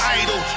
idol